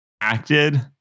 acted